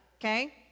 Okay